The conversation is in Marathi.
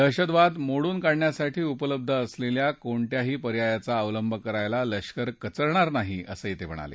दहशतवाद मोडून काढण्यासाठी उपलब्ध असलेल्या कोणत्याही पर्यायाचा अवलंब करायला लष्कर कचरणार नाही असं ते म्हणाले